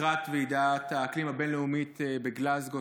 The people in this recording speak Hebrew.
לקראת ועידת האקלים הבין-לאומית בגלזגו,